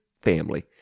family